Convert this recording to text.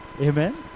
Amen